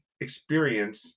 experience